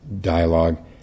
dialogue